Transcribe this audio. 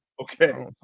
Okay